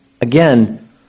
Again